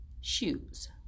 shoes